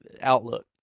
outlook